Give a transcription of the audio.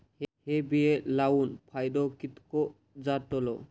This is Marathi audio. हे बिये लाऊन फायदो कितको जातलो?